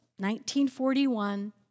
1941